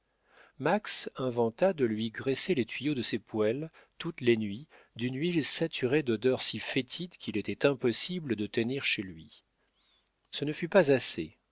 max inventa de lui graisser les tuyaux de ses poêles toutes les nuits d'une huile saturée d'odeurs si fétides qu'il était impossible de tenir chez lui ce ne fut pas assez